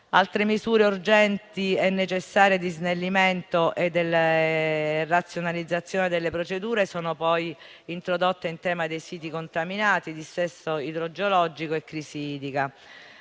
Altre misure urgenti e necessarie di snellimento e razionalizzazione delle procedure sono poi introdotte in tema di siti contaminati, dissesto idrogeologico e crisi idrica.